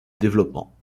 développement